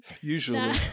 Usually